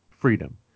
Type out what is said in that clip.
freedom